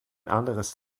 anderes